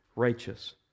righteous